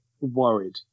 worried